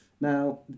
Now